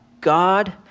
God